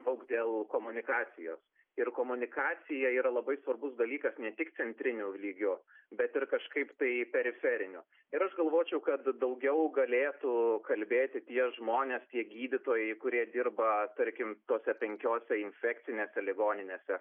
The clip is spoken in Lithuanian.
daug dėl komunikacijos ir komunikacija yra labai svarbus dalykas ne tik antriniu lygiu bet ir kažkaip tai periferiniu ir aš galvočiau kad daugiau galėtų kalbėti tie žmonės tie gydytojai kurie dirba tarkim tose penkiose infekcinėse ligoninėse